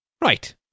Right